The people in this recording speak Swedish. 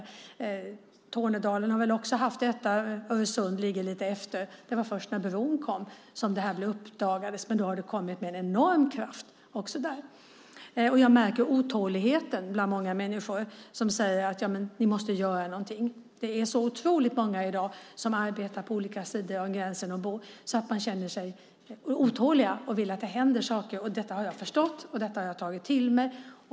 Också Tornedalen har haft detta samarbete. Öresund ligger lite efter. Det var först när bron kom som gränshindren uppdagades, men nu har samarbetet kommit i gång med en enorm kraft även där. Jag märker otåligheten bland många människor som säger att vi måste göra någonting. Det är så otroligt många i dag som arbetar och bor på olika sidor av gränsen, och de känner sig otåliga och vill att det händer saker. Detta har jag förstått och detta har jag tagit till mig.